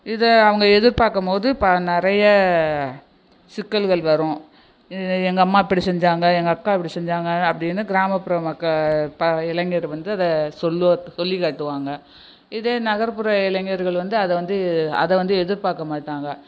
இதை அவங்க எதிர்பார்க்கும் போது ப நிறைய சிக்கல்கள் வரும் எங்கள் அம்மா இப்படி செஞ்சாங்க எங்கள் அக்கா இப்படி செஞ்சாங்க அப்படினு கிராமப்புற மக்க இளைஞர் வந்து இப்போ அதை சொல்லு சொல்லிகாட்டுவாங்க இதே நகர்ப்புற இளைஞர்கள் அதை வந்து அதை வந்து எதிர் பார்க்கமாட்டாங்க